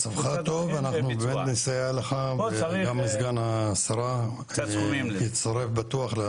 מצבך טוב ואנחנו יכולים לסייע לך וגם סגן השרה יצטרף בטוח.